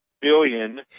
billion